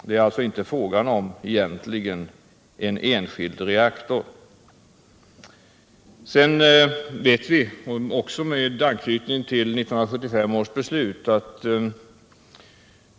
Det är således egentligen inte fråga om en enskild reaktor. Ännu en sak med anknytning till 1975 års beslut!